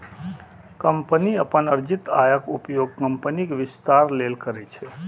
company अपन अर्जित आयक उपयोग कंपनीक विस्तार लेल करै छै